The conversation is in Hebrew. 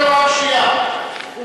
למה, למה, אני קורא אותך לסדר פעם שנייה.